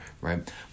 right